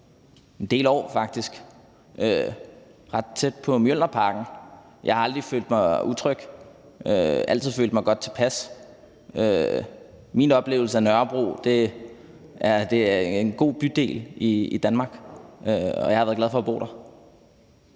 en del år, ret tæt på Mjølnerparken. Jeg har aldrig følt mig utryg; jeg har altid følt mig godt tilpas. Min oplevelse af Nørrebro er, at det er en god bydel i Danmark, og jeg har været glad for at bo der.